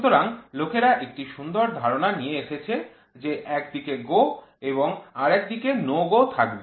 সুতরাং লোকেরা একটি সুন্দর ধারণা নিয়ে এসেছে যে একদিকে GO এবং আরেক দিকে NO GO থাকবে